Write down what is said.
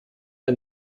der